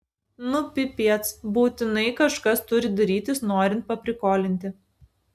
nu pipiec būtinai kažkas turi darytis norint paprikolinti